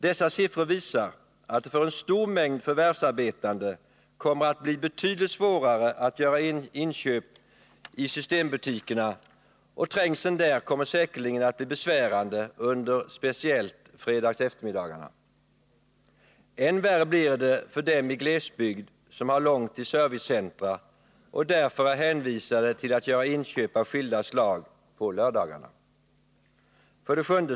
Dessa siffror visar att det för en stor mängd förvärvsarbetande kommer att bli betydligt svårare att göra inköp i systembutikerna, och trängseln där kommer säkerligen att bli besvärande under speciellt fredagseftermiddagarna. Än värre blir det för dem i glesbygd som har långt till servicecentra och därför är hänvisade till att göra inköp av skilda slag på lördagarna. 7.